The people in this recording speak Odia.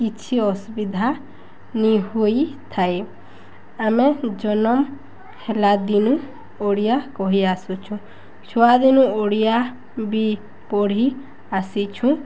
କିଛି ଅସୁବିଧା ନି ହୋଇଥାଏ ଆମେ ଜନମ୍ ହେଲା ଦିନୁ ଓଡ଼ିଆ କହିଆସୁଚୁଁ ଛୁଆଦିନୁ ଓଡ଼ିଆ ବି ପଢ଼ି ଆସିଛୁଁ